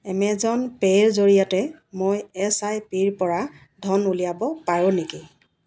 Amazon পে'ৰ জৰিয়তে মই এছআইপিৰ পৰা ধন উলিয়াব পাৰোঁ নেকি